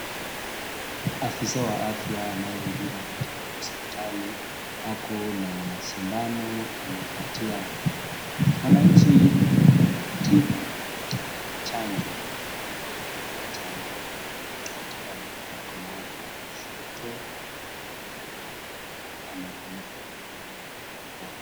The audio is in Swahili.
Afisa wa afya anayehudumu katika hospitali ako na sindano anapatia wananchi tiba ya chanjo, amewekewa chanjo katika mkono wake wa kushoto na pia amefunika mdomo na barakoa.